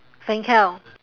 fancl